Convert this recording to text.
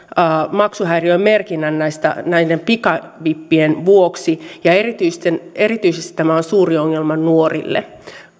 maksuhäiriömerkinnän näiden pikavippien vuoksi ja erityisesti tämä on suuri ongelma nuorille